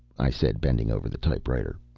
i said, bending over the typewriter,